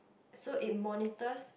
so it monitors